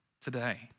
today